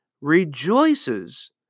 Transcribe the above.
rejoices